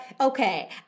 okay